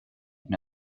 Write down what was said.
and